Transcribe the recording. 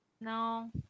no